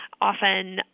often